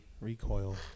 recoil